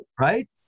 right